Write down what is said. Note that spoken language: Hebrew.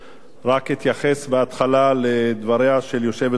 רק אתייחס בהתחלה לדבריה של יושבת-ראש ועדת